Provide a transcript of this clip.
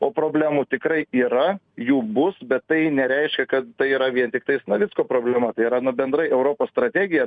o problemų tikrai yra jų bus bet tai nereiškia kad tai yra vien tiktais navicko problema tai yra nu bendrai europos strategija